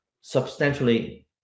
substantially